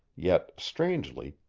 yet, strangely,